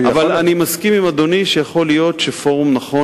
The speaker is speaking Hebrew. אני מסכים עם אדוני שיכול להיות שפורום נכון